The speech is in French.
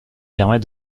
permet